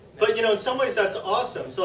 but you know in some ways that is awesome. so